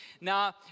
Now